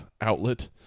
outlet